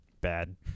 bad